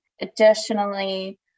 Additionally